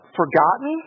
forgotten